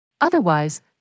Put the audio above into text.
Otherwise